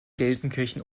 gelsenkirchen